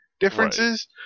differences